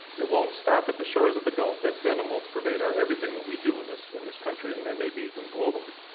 it won't stop at the shores of the gulf. that venom will pervade everything that we do in this in this country and and maybe even globally.